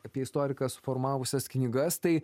apie istoriką suformavusias knygas tai